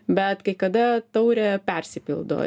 bet kai kada taurė persipildo